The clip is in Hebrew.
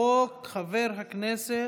חמישה חברי כנסת